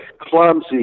clumsy